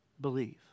Believe